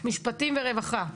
משפטים ורווחה.